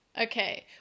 Okay